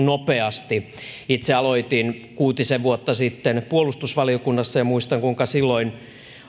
nopeasti itse aloitin kuutisen vuotta sitten puolustusvaliokunnassa ja muistan kuinka silloin